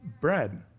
bread